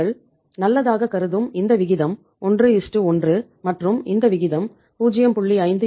நீங்கள் நல்லதாகக் கருதும் இந்த விகிதம் 11 மற்றும் இந்த விகிதம் 0